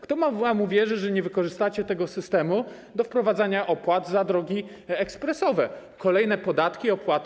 Kto wam uwierzy, że nie wykorzystacie tego systemu do wprowadzania opłat za drogi ekspresowe, kolejnych podatków, opłat?